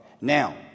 Now